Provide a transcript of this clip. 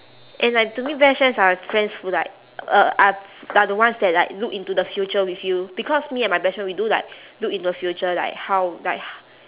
and like to me best friends are friends who like uh are are the ones that like look into the future with you because me and my best friend we do like look in the future like how like h~